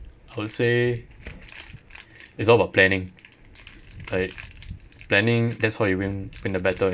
I would say it's all about planning like planning that's how you win win the battle